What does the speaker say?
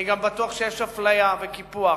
אני גם בטוח שיש אפליה וקיפוח.